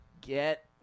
get